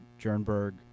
jernberg